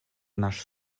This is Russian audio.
наш